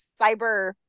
cyber